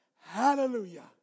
Hallelujah